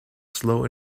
slow